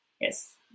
Yes